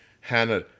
Hannah –